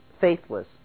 faithless